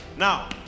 Now